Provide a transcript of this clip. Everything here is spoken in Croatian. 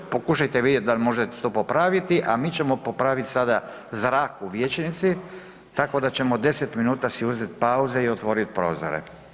Pokušajte vidjeti da li možete to popraviti, a mi ćemo popraviti sada zrak u vijećnici tako da ćemo si deset minuta uzeti pauze i otvoriti prozore.